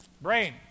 Brain